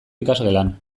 ikasgelan